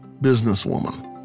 businesswoman